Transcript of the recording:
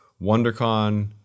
WonderCon